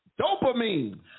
Dopamine